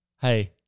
hey